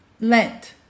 let